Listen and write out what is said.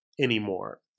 anymore